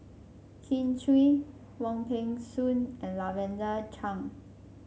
Kin Chui Wong Peng Soon and Lavender Chang